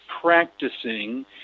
practicing